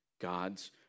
God's